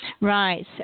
right